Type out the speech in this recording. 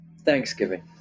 Thanksgiving